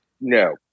No